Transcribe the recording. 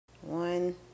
One